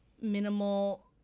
minimal